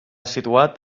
situat